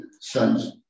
sons